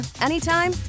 anytime